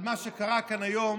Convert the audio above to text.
על מה שקרה כאן היום